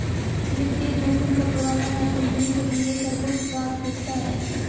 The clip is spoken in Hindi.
वित्तीय जोखिम का प्रबंधन हर कंपनी के लिए सर्वोच्च प्राथमिकता है